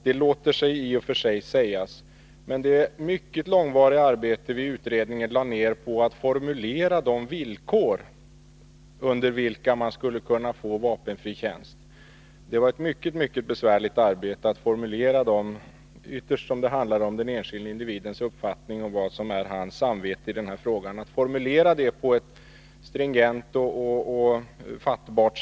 Det låter sig i och för sig sägas: Vi lade i utredningen ned ett mycket långvarigt arbete på att formulera villkoren för att man skulle kunna få vapenfri tjänst. Det var ett mycket besvärligt arbete att formulera dem på ett stringent och fattbart sätt, eftersom det ytterst handlar om den enskilde individens uppfattning och samvete.